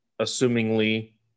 assumingly